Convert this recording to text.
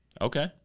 Okay